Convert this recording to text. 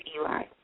Eli